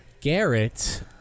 Garrett